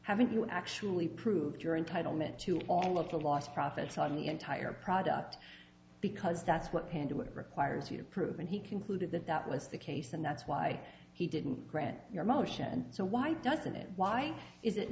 haven't you actually proved your entitle me to all of the lost profits on the entire product because that's what pan do it requires you to prove and he concluded that that was the case and that's why he didn't grant your motion so why doesn't it why is it